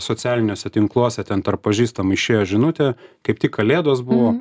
socialiniuose tinkluose ten tarp pažįstamų išėjo žinutė kaip tik kalėdos buvo